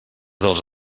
dels